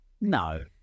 No